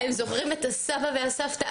הם זוכרים את הסבא והסבתא.